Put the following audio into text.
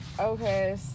Okay